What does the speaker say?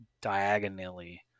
diagonally